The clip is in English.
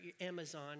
Amazon